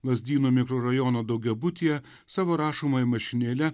lazdynų mikrorajono daugiabutyje savo rašomąja mašinėle